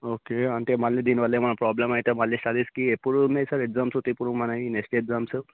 okay అంటే మళ్ళీ దీనివల్ల ఏమైనా ప్రాబ్లం అయితే మళ్ళీ స్టడీస్కి ఎప్పుడు ఉన్నాయి సార్ ఎగ్జామ్సు ఇప్పుడు మనవి నెక్స్ట్ ఎగ్జామ్సు